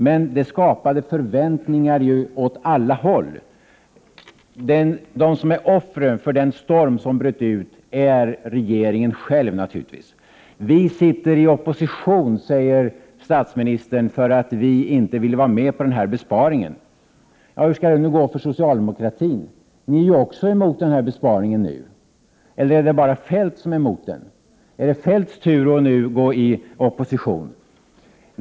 Men talet skapade ju förväntningar på alla håll. Offret för den storm som bröt ut är naturligtvis regeringen själv. Vi sitter i opposition, säger statsministern, för att vi inte ville vara med på besparingen. Hur skall det nu gå för socialdemokratin? Ni är ju också emot den här besparingen. Eller är det bara Feldt som är emot den? Är det Feldts tur att nu gå i opposition?